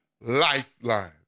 lifeline